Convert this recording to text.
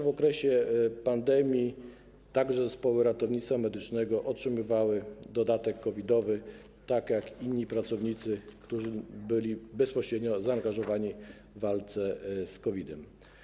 W okresie pandemii zespoły ratownictwa medycznego otrzymywały dodatek COVID-owy, tak jak inni pracownicy, którzy byli bezpośrednio zaangażowani w walkę z COVID-em.